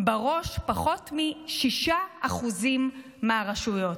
בראש פחות מ-6% מהרשויות,